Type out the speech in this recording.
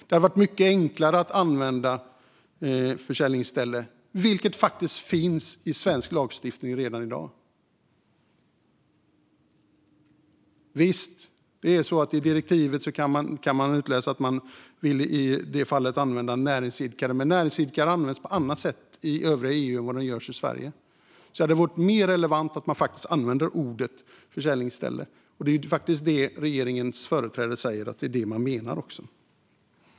Det hade varit mycket enklare att använda "försäljningsställe", vilket faktiskt finns i svensk lagstiftning redan i dag. Visst, i direktivet kan utläsas att man i det fallet vill använda "näringsidkare", men det ordet används på annat sätt i övriga EU än i Sverige. Det hade alltså varit mer relevant att använda ordet "försäljningsställe", och det är faktiskt också detta regeringens företrädare säger att man menar.